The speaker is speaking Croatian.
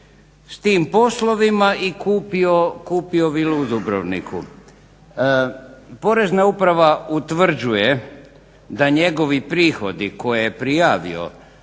s tim poslovima i kupio vilu u Dubrovniku. Porezna uprava utvrđuje da njegovi prihodi koje je prijavio,